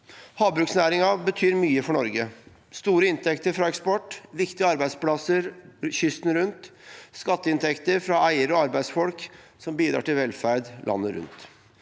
Havbruksnæringen betyr mye for Norge: store inntekter fra eksport, viktige arbeidsplasser kysten rundt, skatteinntekter fra eiere og arbeidsfolk som bidrar til velferd landet rundt.